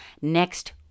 next